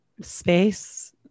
space